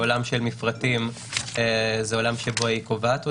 בעולם של מפרטים היא קובעת אותם,